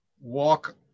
walk